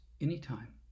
anytime